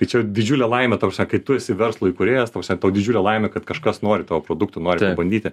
tai čia didžiulė laimė ta prasme kai tu esi verslo įkūrėjas ta prasme tau didžiulė laimė kad kažkas nori tavo produktų nori pabandyti